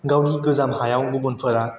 गावनि गोजाम हायाव गुबुनफोरा